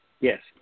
Yes